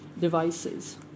devices